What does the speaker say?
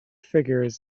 figure